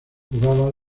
jugaba